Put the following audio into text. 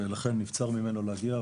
ולכן נבצר ממנו להגיע,